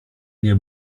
nie